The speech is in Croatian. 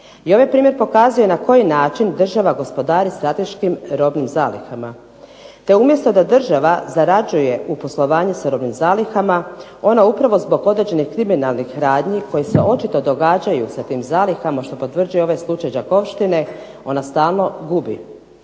I ovaj primjer pokazuje na koji način država gospodari sa strateškim robnim zalihama, te umjesto da država zarađuje u poslovanju sa robnim zalihama, ona upravo zbog određenih kriminalnih radnji koji se očito događaju sa tim zalihama, što potvrđuje ovaj slučaj Đakovštine ona stalno gubi.